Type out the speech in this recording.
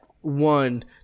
one